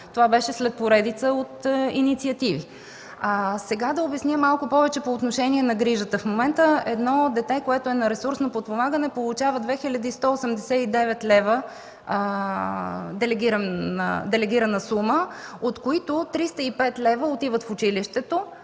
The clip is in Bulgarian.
Това беше след поредица от инициативи. Да обясня малко повече по отношение на грижата. В момента едно дете, което е на ресурсно подпомагане, получава 2 хил. 189 лв. делегирана сума, от която 305 лв. отиват в училището,